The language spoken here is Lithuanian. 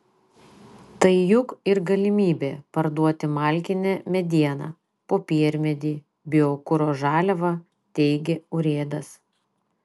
tai juk ir galimybė parduoti malkinę medieną popiermedį biokuro žaliavą teigė urėdas